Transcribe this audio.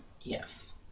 yes